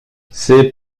c’est